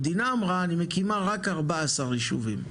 המדינה אמרה: "אני מקימה רק 14 יישובים".